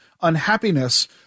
unhappiness